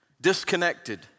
Disconnected